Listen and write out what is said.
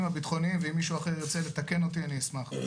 הביטחוניים ואם מישהו אחר ירצה לתקן אותי אני אשמח.